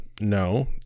no